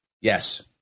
Yes